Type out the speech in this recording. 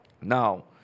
Now